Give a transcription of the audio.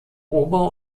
ober